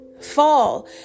fall